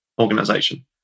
organization